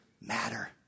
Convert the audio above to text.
matter